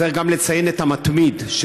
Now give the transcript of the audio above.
צריך גם לציין את "המתמיד" צודק.